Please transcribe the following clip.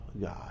God